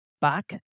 back